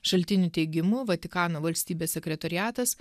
šaltinių teigimu vatikano valstybės sekretoriatas